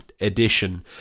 edition